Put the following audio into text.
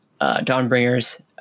Dawnbringers